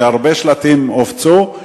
שהרבה שלטים הופצו,